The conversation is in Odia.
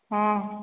ହଁ